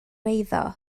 eiddo